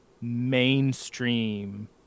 mainstream